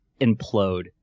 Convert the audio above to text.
implode